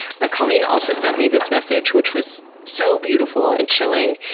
but colleen also sent me this message which was so beautiful and chilling.